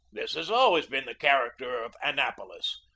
this has always been the character of annapolis,